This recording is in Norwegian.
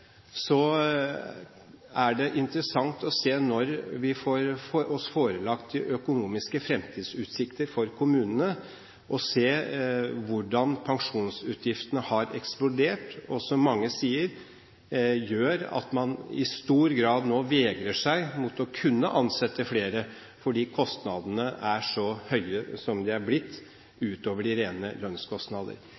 er det interessant å se – når vi får oss forelagt de økonomiske fremtidsutsiktene for kommunene – hvordan pensjonsutgiftene har eksplodert, og som, som mange sier, gjør at man i stor grad nå vegrer seg for å ansette flere, fordi kostnadene er så høye som de er blitt,